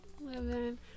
living